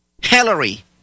Hillary